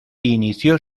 inició